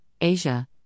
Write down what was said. Asia